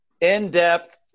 in-depth